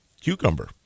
cucumber